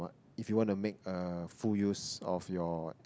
if you want to make a full use of your